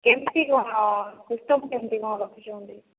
କେମିତି କ'ଣ ସିଷ୍ଟମ୍ କେମିତି କ'ଣ ରଖିଛନ୍ତି